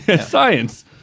Science